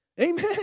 Amen